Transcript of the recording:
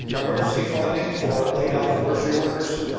ah emergency funding for laid off forestry workers.